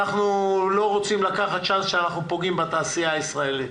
אנחנו לא רוצים לקחת צ'אנס לפגיעה בתעשייה הישראלית.